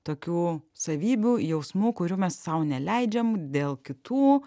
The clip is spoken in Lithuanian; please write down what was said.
tokių savybių jausmų kurių mes sau neleidžiam dėl kitų